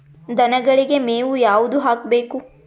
ದನಗಳಿಗೆ ಮೇವು ಯಾವುದು ಹಾಕ್ಬೇಕು?